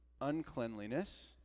uncleanliness